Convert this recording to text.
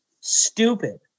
stupid